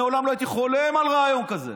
מעולם לא הייתי חולם על רעיון כזה.